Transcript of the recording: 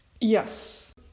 Yes